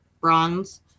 bronze